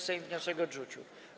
Sejm wniosek odrzucił.